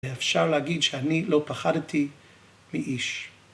אפשר להגיד שאני לא פחדתי מאיש.